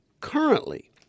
currently